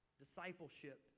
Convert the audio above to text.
discipleship